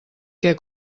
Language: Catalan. què